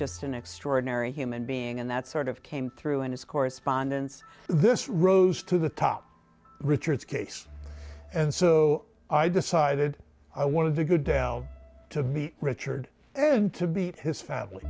just an extraordinary human being and that sort of came through in his correspondence this rose to the top richard's case and so i decided i wanted to go down to be richard and to be his family